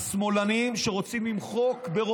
השמאלנים שרוצים למחוק כל ערך יהודי,